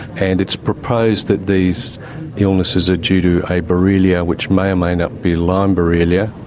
and it's proposed that these illnesses are due to a borrelia which may or may not be lyme borrelia.